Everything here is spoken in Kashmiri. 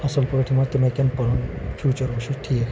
اَصٕل پٲٹھۍ مان ژٕ تِم ہیٚکن پَنُن فیوٗچَر وُچھُن ٹھیٖک